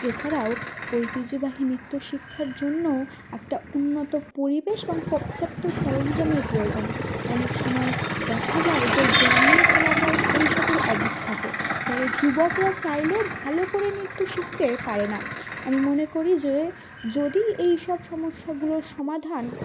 এছাড়াও ঐতিহ্যবাহী নৃত্য শিক্ষার জন্য একটা উন্নত পরিবেশ এবং পর্যাপ্ত সরঞ্জামের প্রয়োজন অনেক সময় দেখা যায় যে গ্রামীণ এলাকায় এইসবের অভাব থাকে ফলে যুবকরা চাইলেও ভালো করে নৃত্য শিখতে পারে না আমি মনে করি যে যদি এই সব সমস্যাগুলোর সমাধান